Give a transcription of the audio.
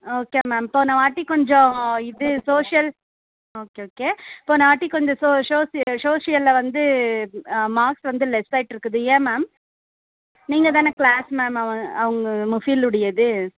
okay ma'am போனவாட்டி கொஞ்சம் இது சோசியல் ஓகே ஓகே போனவாட்டி கொஞ்சம் சோ சோசிய சோசியலில் வந்து மார்க்ஸ் வந்து லெஸ் ஆகிட்டு இருக்குது ஏன் மேம் நீங்கள் தானே கிளாஸ் மேம் அவன் அவங்க முஃபில் உடையது